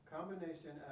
Combination